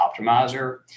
optimizer